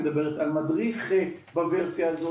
מדריך התמכרויות,